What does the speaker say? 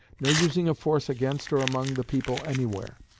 no using of force against or among the people anywhere.